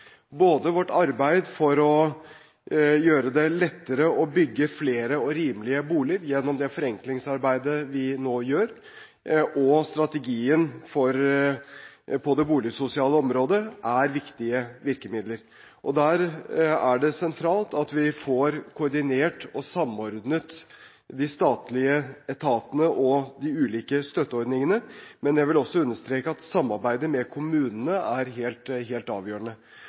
Både vårt arbeid for å gjøre det lettere å bygge flere og rimelige boliger gjennom det forenklingsarbeidet vi nå gjør, og strategien på det boligsosiale området er viktige virkemidler. Der er det sentralt at vi får koordinert og samordnet de statlige etatene og de ulike støtteordningene, men jeg vil også understreke at samarbeidet med kommunene er helt avgjørende,